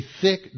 thick